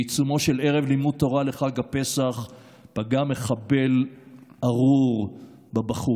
בעיצומו של ערב לימוד תורה לחג הפסח פגע מחבל ארור בבחורים,